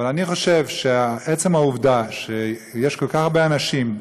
אני חושב שעצם העובדה שיש כל כך הרבה אנשים,